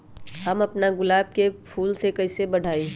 हम अपना गुलाब के फूल के कईसे बढ़ाई?